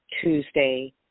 Tuesday